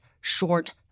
short